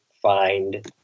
find